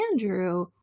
Andrew